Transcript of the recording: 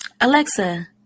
Alexa